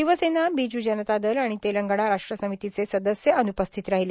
शिवसेना बिजू जनता दल आणि तेलंगणा राष्ट्रसमितीचे सदस्य अनुपस्थित राहिले